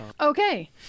Okay